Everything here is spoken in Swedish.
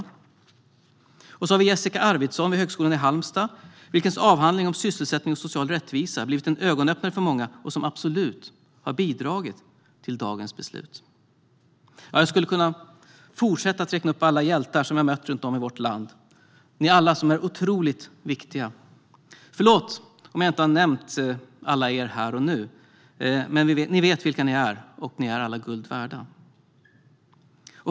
Och så har vi Jessica Arvidsson vid Högskolan i Halmstad, vars avhandling om sysselsättning och social rättvisa blivit en ögonöppnare för många och absolut bidragit till dagens beslut. Jag skulle kunna fortsätta att räkna upp alla hjältar som jag mött runt om i vårt land. Ni är alla otroligt viktiga. Förlåt om jag inte nämnt alla er här och nu, men ni vet vilka ni är och ni är alla guld värda.